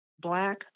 Black